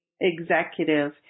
executive